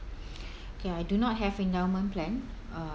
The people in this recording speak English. okay I do not have endowment plan uh